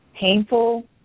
painful